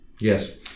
Yes